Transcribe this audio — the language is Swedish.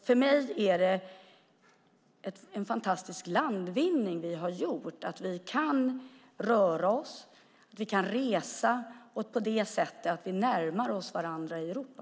För mig är det en fantastisk landvinning vi har gjort att vi kan röra oss, resa och på det sättet närma oss varandra i Europa.